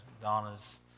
Donna's